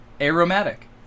aromatic